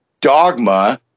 dogma